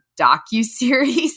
docuseries